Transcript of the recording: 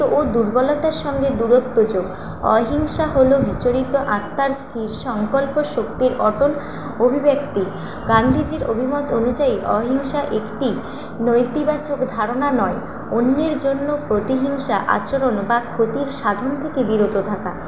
ও দুর্বলতার সঙ্গে দূরত্ব যোগ অহিংসা হল বিচরিত আত্মার স্থির সংকল্প সত্যের অটল অভিব্যক্তি গান্ধীজির অভিমত অনুযায়ী অহিংসা একটি নৈতিবাচক ধারণা নয় অন্যের জন্য প্রতিহিংসা আচরণ বা ক্ষতির সাধন থেকে বিরত থাকা